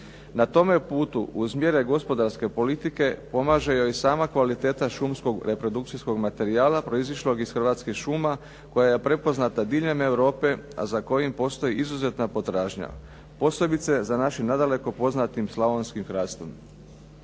Na tome je putu uz mjere gospodarske politike pomaže joj sama kvaliteta šumskog reprodukcijskog materijala proizišlog iz hrvatskih šuma koja je prepoznata diljem Europe, a za kojim postoji izuzetna potražnja, posebice za našim nadaleko poznatim slavonskim hrastom.